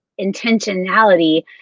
intentionality